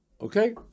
okay